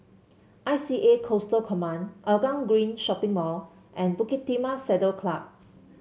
I C A Coastal Command Hougang Green Shopping Mall and Bukit Timah Saddle Club